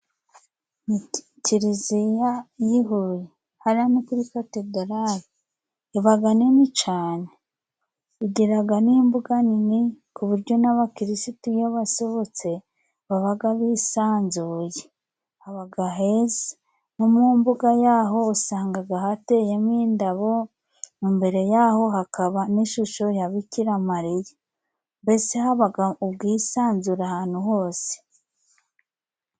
Kiliziya y'i Huye. Hariya ni kuri katedarari. Ibaga nini cane. Igiraga n'imbuga nini ku bujyo n'abakirisitu iyo basohotse, babaga bisanzuye. Habaga heza. No mu mbuga ya ho usangaga hateye mo indabo, imbere ya ho hakaba n'ishusho ya Bikiramariya. Mbese habaga ubwisanzure ahantu hose.